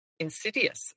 insidious